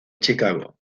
chicago